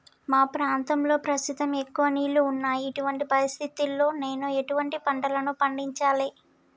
మా ప్రాంతంలో ప్రస్తుతం ఎక్కువ నీళ్లు ఉన్నాయి, ఇటువంటి పరిస్థితిలో నేను ఎటువంటి పంటలను పండించాలే?